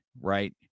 right